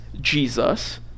Jesus